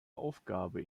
aufgabe